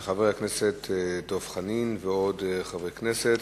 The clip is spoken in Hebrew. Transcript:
של חבר הכנסת דב חנין ועוד חברי כנסת.